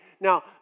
Now